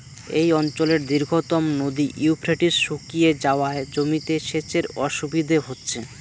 এই অঞ্চলের দীর্ঘতম নদী ইউফ্রেটিস শুকিয়ে যাওয়ায় জমিতে সেচের অসুবিধে হচ্ছে